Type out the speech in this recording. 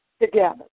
together